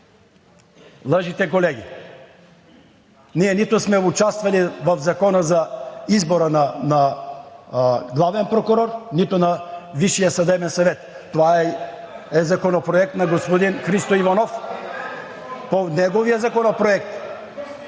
Лъжете, колеги! Ние нито сме участвали в закона за избора на главен прокурор, нито на Висшия съдебен съвет. Това е законопроект на господин Христо Иванов, по неговия законопроект.